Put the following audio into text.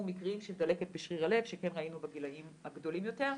מקרים של דלקת בשריר הלב שכן ראינו בגילאים הגדולים יותר.